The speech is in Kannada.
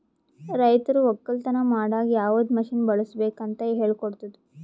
ರೈತರು ಒಕ್ಕಲತನ ಮಾಡಾಗ್ ಯವದ್ ಮಷೀನ್ ಬಳುಸ್ಬೇಕು ಅಂತ್ ಹೇಳ್ಕೊಡ್ತುದ್